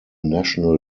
national